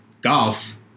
golf